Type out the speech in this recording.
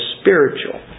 spiritual